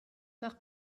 mar